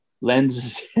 lenses